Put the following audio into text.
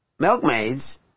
Milkmaids